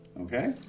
Okay